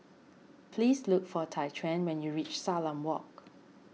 please look for Tyquan when you reach Salam Walk